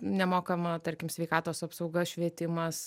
nemokama tarkim sveikatos apsauga švietimas